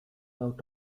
out